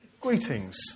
greetings